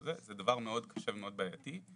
זה דבר מאוד קשה ומאוד בעייתי.